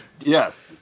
Yes